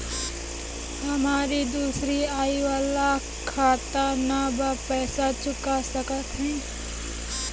हमारी दूसरी आई वाला खाता ना बा पैसा चुका सकत हई?